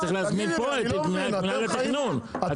את זה --- צריך להזמין לפה את מינהל התכנון שיבואו לפה גם.